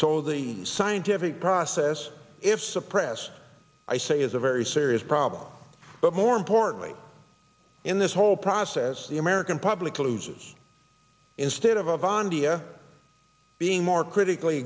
so the scientific process if suppressed i say is a very serious problem but more importantly in this whole process the american public loses instead of on dia being more critically